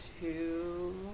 Two